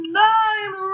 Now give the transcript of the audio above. nine